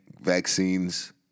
vaccines